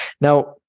Now